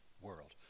world